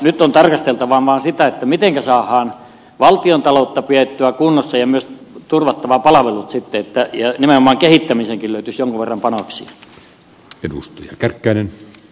nyt on tarkasteltava vaan sitä mitenkä saadaan valtiontaloutta pidettyä kunnossa ja myös turvattua palvelut ja että nimenomaan kehittämiseenkin löytyisi jonkun verran panoksia